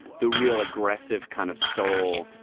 the real aggressive kind of soul